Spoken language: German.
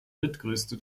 drittgrößte